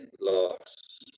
loss